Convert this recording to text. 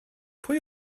pwy